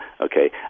okay